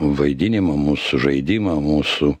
vaidinimą mūsų žaidimą mūsų